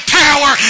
power